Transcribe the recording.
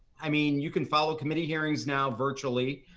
i mean, you can follow committee hearings now virtually,